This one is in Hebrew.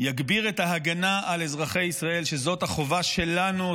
יגביר את ההגנה על אזרחי ישראל: זאת החובה שלנו,